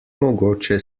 mogoče